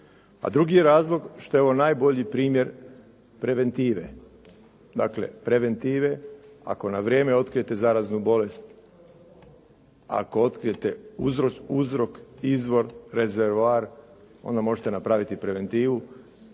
A drugi je razlog što je ovo najbolji primjer preventive, dakle preventive ako na vrijeme otkrijete zaraznu bolest, ako otkrijete uzrok, izvor, rezervoar, onda možete napraviti preventivu